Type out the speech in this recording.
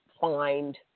find